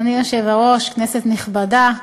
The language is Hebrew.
אדוני היושב-ראש, כנסת נכבדה,